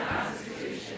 Constitution